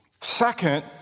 Second